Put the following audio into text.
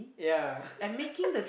yeah